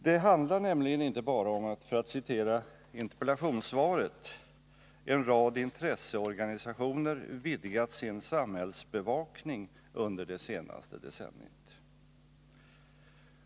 Det handlar nämligen inte bara om att — för att återge vad som sägs i interpellationssvaret — en rad intresseorganisationer vidgat sin samhällsbevakning under det senaste decenniet.